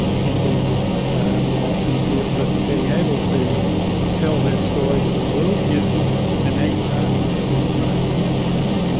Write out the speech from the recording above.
people will often feel that being able to tell their story to the world is you know an innate part of their civil rights, and that's true.